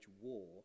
war